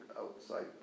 outside